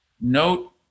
note